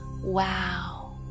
Wow